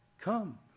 come